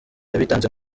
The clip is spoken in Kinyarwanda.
abitanze